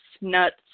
nuts